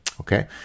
okay